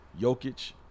Jokic